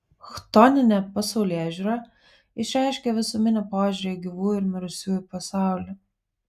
chtoninė pasaulėžiūra išreiškia visuminį požiūrį į gyvųjų ir mirusiųjų pasaulį